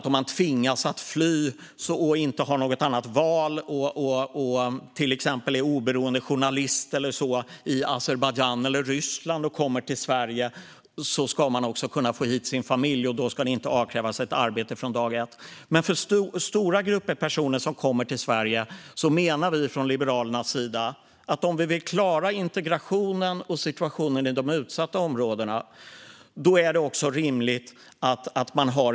Om man tvingas fly och inte har något annat val, till exempel om man är oberoende journalist i Azerbajdzjan eller Ryssland, och kommer till Sverige ska man självklart också kunna få hit sin familj. Då ska man inte avkrävas ett arbete från dag ett. Men för stora grupper personer som kommer till Sverige menar vi från Liberalernas sida att det är rimligt med krav på ordnat boende och arbete för att de ska kunna ta ansvar för flera andra familjemedlemmar.